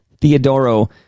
Theodoro